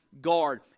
guard